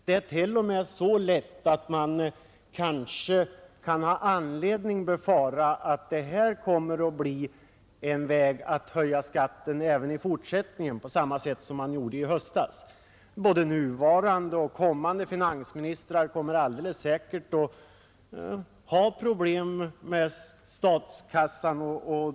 Det är t.o.m. så lätt att man kanske kan ha anledning att befara, att den kommer att användas för att höja skatten även i fortsättningen, på samma sätt som man gjorde i höstas. Både den nuvarande och kommande finansministrar kommer alldeles säkert att ha problem med statskassan.